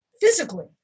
physically